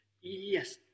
Yes